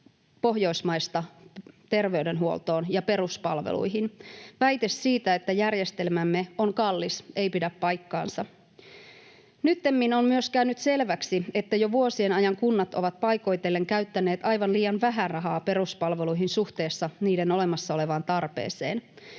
Pohjoismaista terveydenhuoltoon ja peruspalveluihin. Väite siitä, että järjestelmämme on kallis, ei pidä paikkaansa. Nyttemmin on myös käynyt selväksi, että jo vuosien ajan kunnat ovat paikoitellen käyttäneet aivan liian vähän rahaa peruspalveluihin suhteessa niiden olemassa olevaan tarpeeseen.